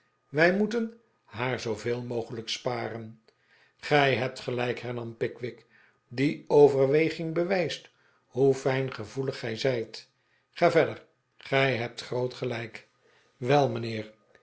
wij moeten haar zooveel mogelijk sparen gij hebt gelijk hernam pickwick die overweging bewijst hoe fijngevoelig gij zijt ga verder gij hebt groot gelijk wel mijnheer